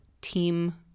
team